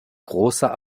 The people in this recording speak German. großer